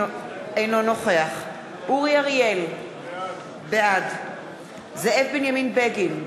אינו נוכח אורי אריאל, בעד זאב בנימין בגין,